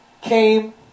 Came